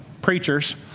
preachers